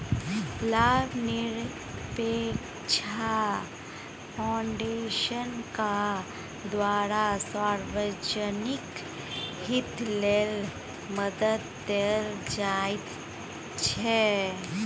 लाभनिरपेक्ष फाउन्डेशनक द्वारा सार्वजनिक हित लेल मदद देल जाइत छै